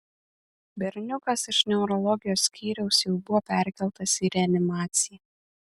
berniukas iš neurologijos skyriaus jau buvo perkeltas į reanimaciją